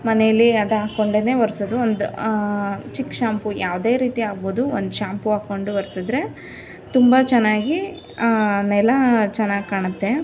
ಮನೆಯಲ್ಲಿ ಅದು ಹಾಕೊಂಡೇನೆ ಒರೆಸೋದು ಒಂದು ಚಿಕ್ ಶಾಂಪು ಯಾವುದೇ ರೀತಿ ಆಗ್ಬೋದು ಒಂದು ಶಾಂಪು ಹಾಕೊಂಡು ಒರ್ಸಿದ್ರೆ ತುಂಬ ಚೆನ್ನಾಗಿ ನೆಲ ಚೆನ್ನಾಗಿ ಕಾಣುತ್ತೆ